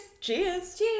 Cheers